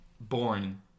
boring